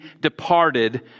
departed